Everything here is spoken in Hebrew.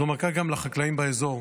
זו מכה גם לחקלאים באזור,